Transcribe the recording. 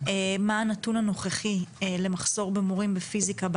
מה הנתון הנוכחי למחסור במורים לפיזיקה בארץ,